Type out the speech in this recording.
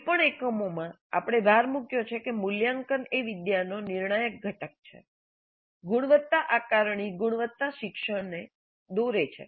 કોઈપણ એકમોમાં આપણે ભાર મૂક્યો છે કે મૂલ્યાંકન એ વિદ્યાનો નિર્ણાયક ઘટક છે ગુણવત્તા આકારણી ગુણવત્તા શિક્ષણને દોરે છે